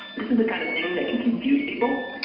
this is the kind of thing that can confuse people.